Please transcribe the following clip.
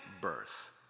birth